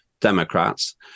democrats